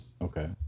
Okay